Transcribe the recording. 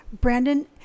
Brandon